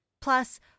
Plus